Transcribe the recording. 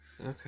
Okay